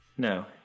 No